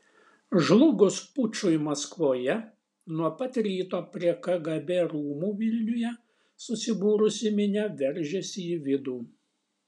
žlugus pučui maskvoje nuo pat ryto prie kgb rūmų vilniuje susibūrusi minia veržėsi į vidų